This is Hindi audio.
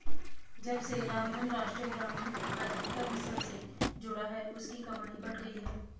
जब से रामधन राष्ट्रीय ग्रामीण आजीविका मिशन से जुड़ा है उसकी कमाई बढ़ गयी है